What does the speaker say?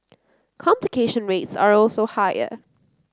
complication rates are also higher